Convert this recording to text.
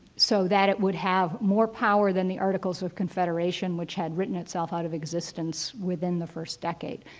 so that it would have more power than the articles of confederation which had written itself out of existence within the first decade.